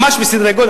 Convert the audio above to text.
ממש בסדרי-גודל.